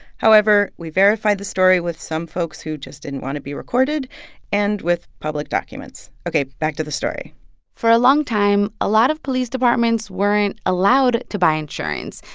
however, we verified the story with some folks who just didn't want to be recorded and with public documents. ok, back to the story for a long time, a lot of police departments weren't allowed to buy insurance.